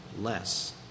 less